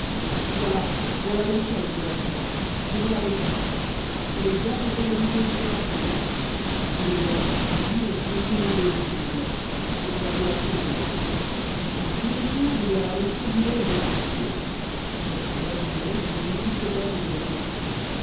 voilà voilà l'échelle mes enfants je vous la descends prenez garde qu'elle ne vous tombe sur la tête vous devez avoir des provisions montez les donc s'il vous plaît nous sommes un peu à court là-haut depuis deux jours je n'ai avalé que du lait et de la poussière votre mère et violette n'ont vécu que d'air et de leurs larmes